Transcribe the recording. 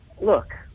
look